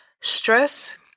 stress